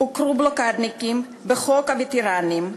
הוכרו בלוקדניקים בחוק הווטרנים,